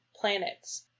planets